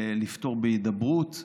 לפתור בהידברות.